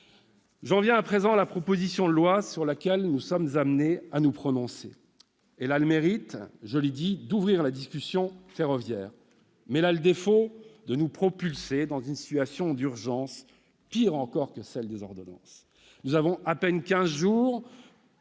J'en viens à la proposition de loi sur laquelle nous allons être amenés à nous prononcer. Elle a le mérite, je le répète, d'ouvrir la discussion sur le sujet du ferroviaire, mais elle a le défaut de nous propulser dans une situation d'urgence pire encore que celle des ordonnances. Nous avons eu à peine quinze jours